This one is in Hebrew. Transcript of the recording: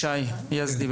ישי יזדי,